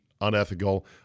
unethical